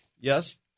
Yes